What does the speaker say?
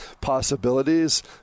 possibilities